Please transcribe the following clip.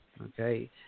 Okay